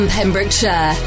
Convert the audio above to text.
Pembrokeshire